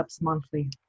monthly